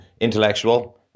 intellectual